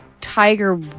Tiger